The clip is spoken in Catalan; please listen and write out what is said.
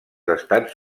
estats